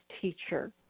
teacher